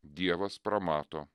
dievas pramato